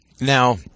Now